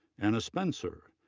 anna spencer,